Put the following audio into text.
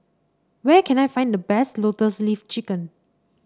where can I find the best Lotus Leaf Chicken